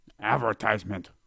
advertisement